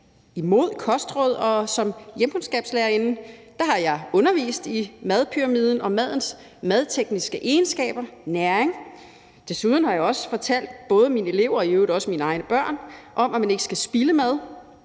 imod kostråd, og som hjemkundskabslærerinde har jeg undervist i madpyramiden og madens madtekniske egenskaber og næring. Desuden har jeg også fortalt både mine elever og i øvrigt også mine egne børn om, at man ikke skal spilde mad,